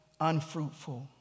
unfruitful